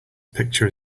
picture